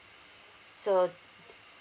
so